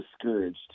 discouraged